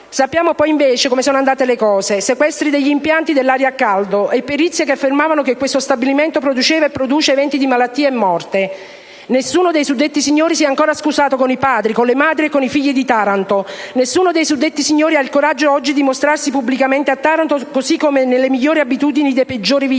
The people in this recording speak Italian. Sappiamo poi, invece, come sono andate le cose: sequestri degli impianti dell'area a caldo e perizie che affermavano che questo stabilimento produceva e produce eventi di malattia e morte. Nessuno dei suddetti signori si è ancora scusato con i padri, con le madri e con i figli di Taranto! Nessuno dei suddetti signori ha il coraggio oggi di mostrarsi pubblicamente a Taranto, così come nelle migliori abitudini dei peggiori vigliacchi!